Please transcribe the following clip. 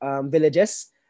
villages